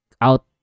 out